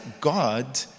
God